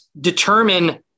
determine